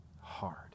hard